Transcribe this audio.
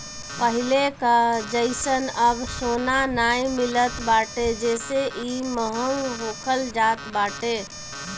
पहिले कअ जइसन अब सोना नाइ मिलत बाटे जेसे इ महंग होखल जात बाटे